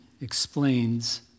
explains